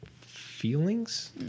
feelings